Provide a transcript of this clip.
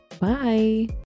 Bye